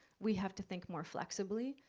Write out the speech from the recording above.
we have to think more flexibly.